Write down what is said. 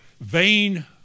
vain